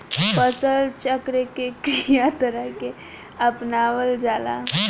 फसल चक्र के कयी तरह के अपनावल जाला?